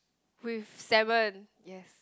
with seven yes